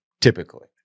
Typically